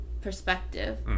perspective